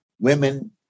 women